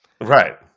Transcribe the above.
Right